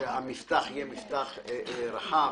שהמפתח יהיה מפתח רחב.